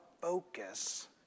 focus